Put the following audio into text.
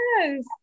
Yes